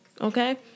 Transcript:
okay